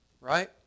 Right